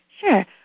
Sure